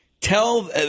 tell